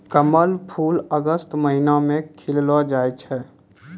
कमल फूल अगस्त महीना मे खिललो जाय छै